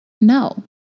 No